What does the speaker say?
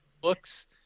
books